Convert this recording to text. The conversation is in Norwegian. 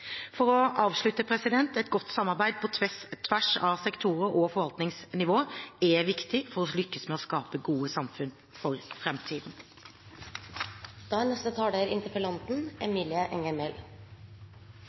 For å avslutte: Et godt samarbeid på tvers av sektorer og forvaltningsnivåer er viktig for å lykkes med å skape gode samfunn for